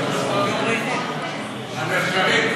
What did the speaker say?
הנחקרים,